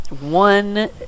one